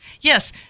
Yes